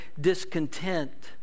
discontent